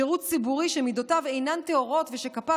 שירות ציבורי שמידותיו אינן טהורות ושכפיו